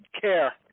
care